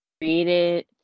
created